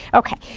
okay,